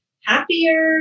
happier